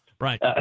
Right